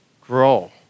grow